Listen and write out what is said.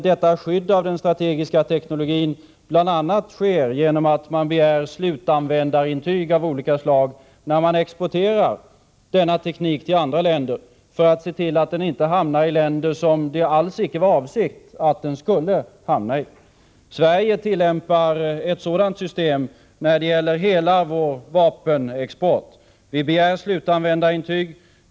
Detta skydd av den strategiska teknologin åstadkoms bl.a. genom att man begär slutanvändarintyg av olika slag när man exporterar denna teknik till andra länder för att se till att den inte hamnar i länder där det alls icke var avsikten att den skulle hamna. Sverige tillämpar ett sådant system när det gäller hela vår vapenexport. Vi begär slutanvändarintyg.